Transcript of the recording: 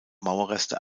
mauerreste